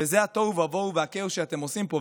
זה התוהו ובוהו והכאוס שאתם עושים פה,